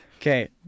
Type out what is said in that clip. Okay